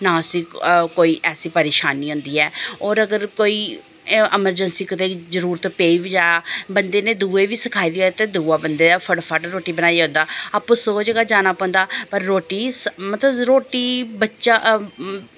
ना उस्सी कोई ऐसी परेशानी औंदी ऐ और अगर कोई एमर्जेन्सी कदें ई जरुरत पेई बी जा बंदे नै दुए बी सखाई दी होऐ ते दुआ बंदे दा फटोफट रुट्टी बनाइयै ओह्दा आपूं सौ जगह् जाना पौंदा पर रुट्टी मतलब रुट्टी बच्चा